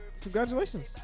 Congratulations